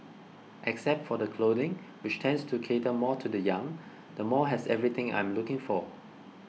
except for the clothing which tends to cater more to the young the mall has everything I am looking for